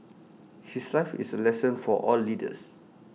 his life is A lesson for all leaders